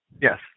Yes